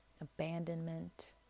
abandonment